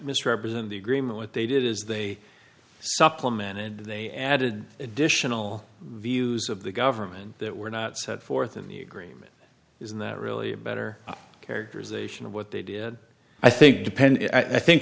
misrepresent the agreement what they did is they supplement it they added additional views of the government that were not set forth in the agreement is that really a better characterization of what they did i think depend i think